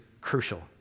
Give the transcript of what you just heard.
crucial